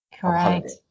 Correct